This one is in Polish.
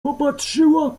popatrzyła